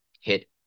hit